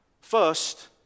First